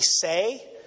say